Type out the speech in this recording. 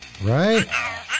Right